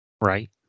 Right